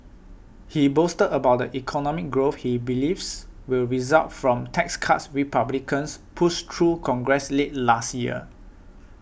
he boasted about the economic growth he believes will result from tax cuts Republicans pushed through Congress late last year